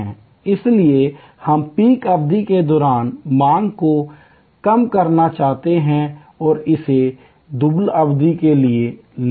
इसलिए हम पीक अवधि के दौरान मांग को कम करना चाहते हैं और इसे दुबला अवधि के लिए ले आओ